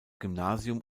gymnasium